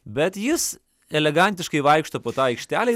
bet jis elegantiškai vaikšto po tą aikštelę